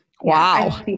Wow